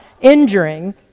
injuring